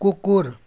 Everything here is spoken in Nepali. कुकुर